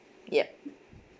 yup